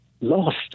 lost